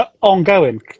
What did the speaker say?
ongoing